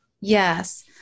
Yes